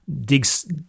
digs